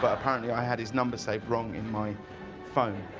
but apparently i had his number saved wrong in my phone.